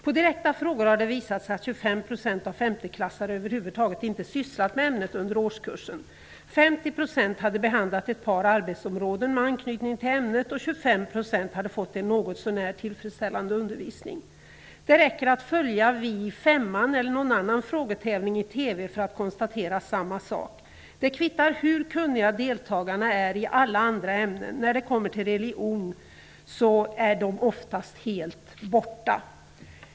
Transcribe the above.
Vid direkta frågor visade det sig att 25 % av femteklassarna över huvud taget inte hade sysslat med ämnet under årskursen. 50 % hade behandlat ett par arbetsområden med anknytning till ämnet, och 25 % hade fått en något så när tillfredsställande undervisning. Det räcker att följa Vi i femman eller någon annan frågetävling i TV för att konstatera samma sak. Det kvittar hur duktiga deltagarna är i alla andra ämnen -- när det kommer till religion är de oftast helt ''borta''.